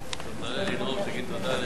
2), התשע"א 2010,